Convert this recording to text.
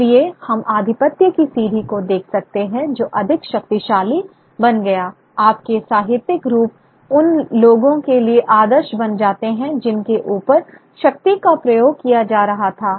इसलिए हम आधिपत्य की सीढ़ी को देख सकते हैं जो अधिक शक्तिशाली बन गया आपके साहित्यिक रूप उन लोगों के लिए आदर्श बन जाते हैं जिनके ऊपर शक्ति का प्रयोग किया जा रहा था